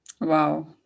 Wow